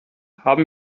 haben